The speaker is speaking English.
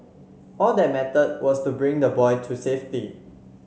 all that mattered was to bring the boy to safety